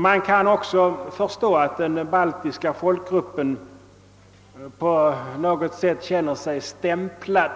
Man kan också förstå att den baltiska folkgruppen på något sätt känner sig stämplad,